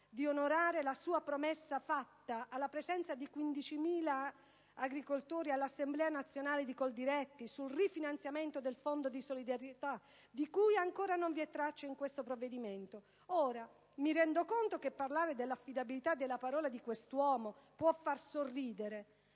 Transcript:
di onorare la sua promessa, fatta alla presenza di 15.000 agricoltori all'Assemblea nazionale di Coldiretti, sul rifinanziamento del Fondo di solidarietà, di cui ancora non vi è traccia in questo provvedimento? Mi rendo conto che parlare dall'affidabilità della parola di quest'uomo può far sorridere,